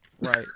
right